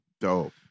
dope